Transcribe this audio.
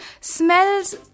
smells